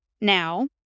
Now